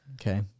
Okay